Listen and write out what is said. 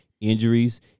injuries